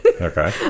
Okay